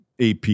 ap